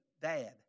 Dad